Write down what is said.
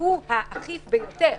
שהוא האכיף ביותר.